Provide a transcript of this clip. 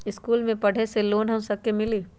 इश्कुल मे पढे ले लोन हम सब के मिली?